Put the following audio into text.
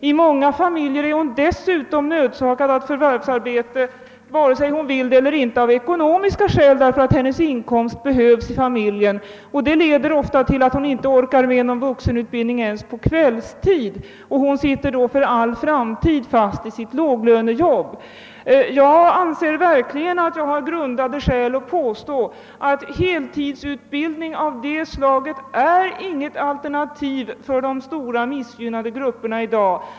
I många familjer är kvinnan dessutom nödsakad att förvärvsarbeta, vare sig hon vill det eller inte, av ekonomiska skäl därför att hennes inkomst behövs i familjen. Det leder ofta till att hon inte orkar med någon vuxenutbildning ens på kvällstid. Hon sitter då för all framtid fast i sitt låglönejobb. Jag anser verkligen att jag har grundade skäl för att påstå att heltidsutbildning av detta slag inte är något alternativ för de stora missgynnade grupperna i dag.